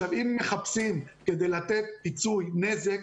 אם מחפשים כדי לתת פיצוי נזק,